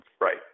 Right